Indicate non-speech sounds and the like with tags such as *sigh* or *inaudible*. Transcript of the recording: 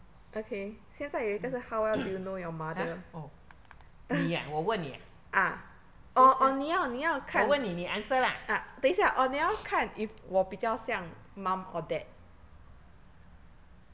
*coughs* !huh! oh 你啊我问你啊 so 我问你你 answer lah`